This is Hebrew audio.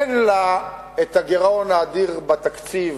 אין לה הגירעון האדיר בתקציב,